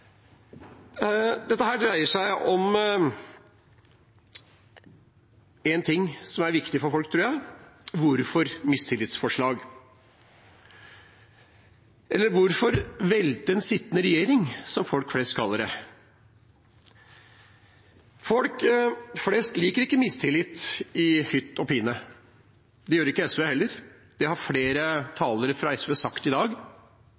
Dette dreier seg om noe som er viktig for folk, tror jeg: Hvorfor mistillitsforslag? Hvorfor velte en sittende regjering, som folk flest kaller det? Folk flest liker ikke mistillit i hytt og pine. Det gjør ikke SV heller. Det har flere talere fra SV sagt i dag.